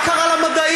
מה קרה למדעים?